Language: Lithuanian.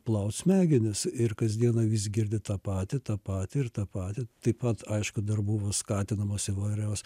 plaut smegenis ir kasdieną vis girdi tą patį tą patį ir tą patį taip pat aišku dar buvo skatinamos įvairios